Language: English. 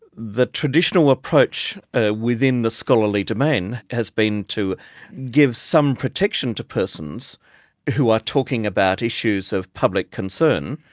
the traditional approach ah within the scholarly domain has been to give some protection to persons who are talking about issues of public concern,